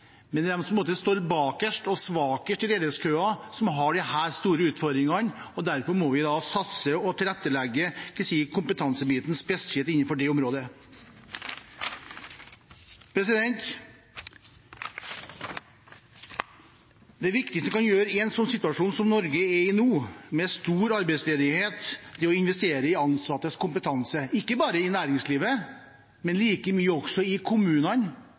står bakerst og svakest i ledighetskøen, som har disse store utfordringene. Derfor må vi satse og tilrettelegge kompetansebiten spesielt innenfor det området. Det viktigste vi kan gjøre i en slik situasjon som Norge er i nå, med stor arbeidsledighet, er å investere i de ansattes kompetanse, ikke bare i næringslivet, men like mye i kommunene,